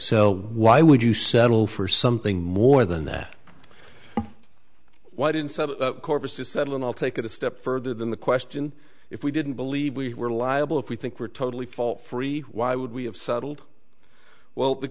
so why would you settle for something more than that why didn't some corpus to settle and i'll take it a step further than the question if we didn't believe we were liable if we think we're totally fall free why would we have settled well the